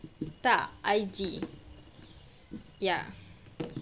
tak I_G ya